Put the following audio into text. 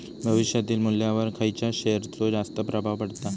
भविष्यातील मुल्ल्यावर खयच्या शेयरचो जास्त प्रभाव पडता?